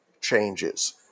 changes